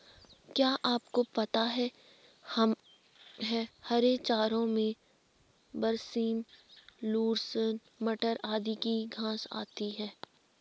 क्या आपको पता है हरे चारों में बरसीम, लूसर्न, मटर आदि की घांस आती है?